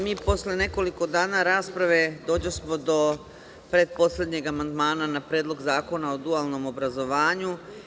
Mi posle nekoliko dana rasprave dođosmo do pretposlednjeg amandmana na Predlog zakona o dualnom obrazovanju.